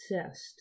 obsessed